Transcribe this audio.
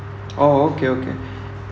orh okay okay